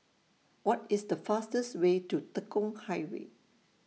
What IS The fastest Way to Tekong Highway